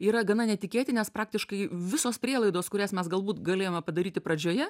yra gana netikėti nes praktiškai visos prielaidos kurias mes galbūt galėjome padaryti pradžioje